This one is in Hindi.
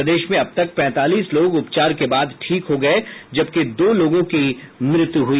प्रदेश में अब तक पैंतालीस लोग उपचार के बाद ठीक हो गए जबकि दो लोगों की मौत हो गई